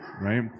right